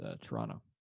Toronto